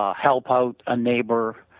ah help out a neighbor,